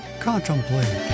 Contemplate